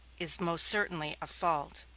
is most certainly a fault.